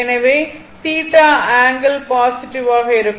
எனவே θ இந்த angle positive ஆக இருக்கும்